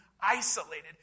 isolated